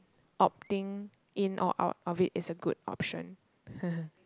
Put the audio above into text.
opting in or out of it is a good option